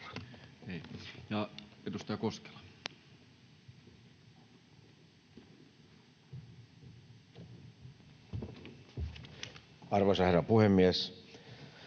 edustaja Koskela. Arvoisa herra puhemies!